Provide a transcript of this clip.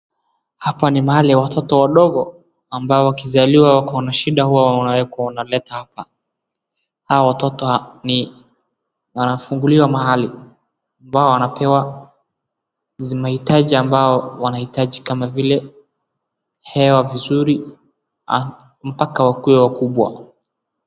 Hapa ni mahali watoto wadogo ambao wakizaliwa wako na shida huwa awanaleta hapa hao watoto wanafunguliwa mahali ambao wanapewa mahitaji ambazo wanahitaji kama hewa vizuri mpaka wakuwe wakubwa.